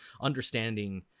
understanding